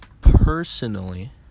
Personally